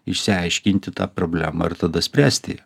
išsiaiškinti tą problemą ir tada spręsti